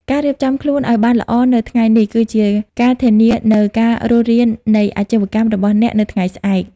ការរៀបចំខ្លួនឱ្យបានល្អនៅថ្ងៃនេះ គឺជាការធានានូវការរស់រាននៃអាជីវកម្មរបស់អ្នកនៅថ្ងៃស្អែក។